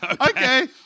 Okay